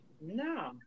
No